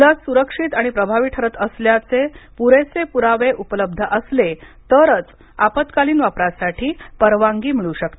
लस सुरक्षित आणि प्रभावी ठरत असल्याचे पुरेसे पुरावे उपलब्ध असले तरच आपत्कालीन वापरासाठी परवानगी मिळू शकते